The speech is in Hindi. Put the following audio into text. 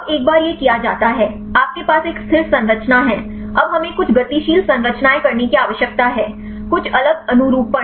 अब एक बार यह किया जाता है आपके पास एक स्थिर संरचना है अब हमें कुछ गतिशील संरचनाएं करने की आवश्यकता है कुछ अलग अनुरूपण